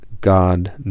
God